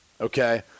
Okay